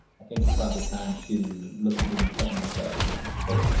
i think it's probably time to look at doing something like that again so.